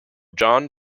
john